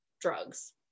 drugs